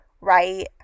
right